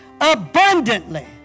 abundantly